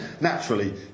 naturally